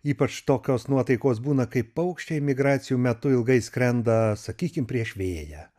ypač tokios nuotaikos būna kai paukščiai migracijų metu ilgai skrenda sakykim prieš vėją